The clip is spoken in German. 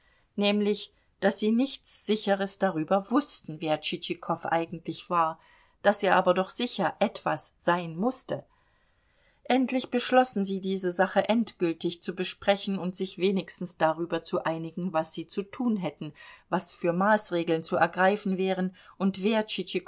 nämlich daß sie nichts sicheres darüber wußten wer tschitschikow eigentlich war daß er aber doch sicher etwas sein mußte endlich beschlossen sie diese sache endgültig zu besprechen und sich wenigstens darüber zu einigen was sie zu tun hätten was für maßregeln zu ergreifen wären und wer